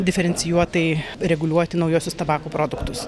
diferencijuotai reguliuoti naujuosius tabako produktus